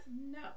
No